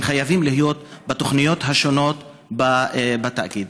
חייבים להיות בתוכניות השונות בתאגיד.